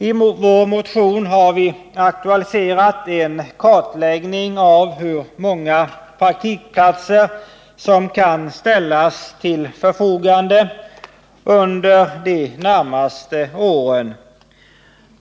I vår motion har vi aktualiserat en kartläggning av hur många praktikplatser som kan ställas till förfogande under de närmaste åren.